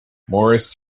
morris